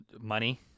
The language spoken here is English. Money